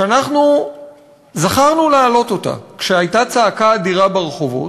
שאנחנו זכרנו להעלות אותה כשהייתה צעקה אדירה ברחובות,